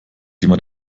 jemand